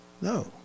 no